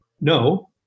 no